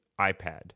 iPad